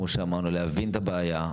להבין את הבעיה,